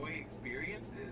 experiences